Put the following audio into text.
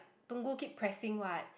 Tungku keep pressing what